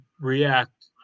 react